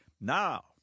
Now